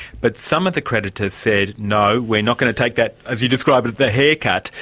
but some of the creditors said, no, we're not going to take that, as you described it, the haircut,